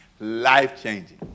Life-changing